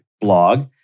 blog